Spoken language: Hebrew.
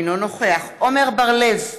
אינו נוכח עמר בר-לב,